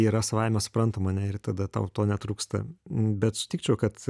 yra savaime suprantama ne ir tada tau to netrūksta bet sutikčiau kad